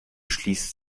schließt